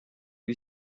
lui